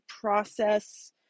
process